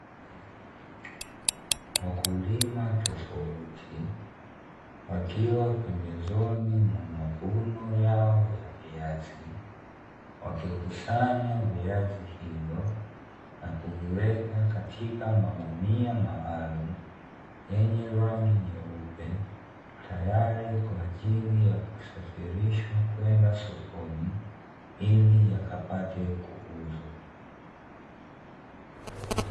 Wakulima tofauti wakiwa pembezoni mwa mavuno yao ya viazi, wakikusanya viazi hivyo na kuviweka katika magunia maalumu yenye rangi nyeupe, tayari kwa ajili ya kusafirishwa kwenda sokoni ili yakapate kuuzwa.